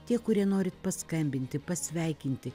tie kurie norit paskambinti pasveikinti